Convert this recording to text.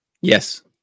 Yes